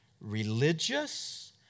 religious